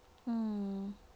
mm